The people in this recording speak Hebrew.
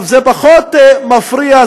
זה פחות מפריע,